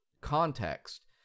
context